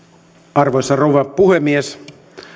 arvoisa rouva puhemies